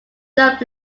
jump